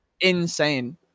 Insane